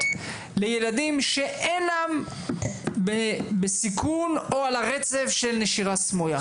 לילדים שאינם בסיכון או על הרצף של נשירה סמויה.